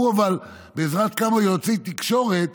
בעזרת כמה יועצי תקשורת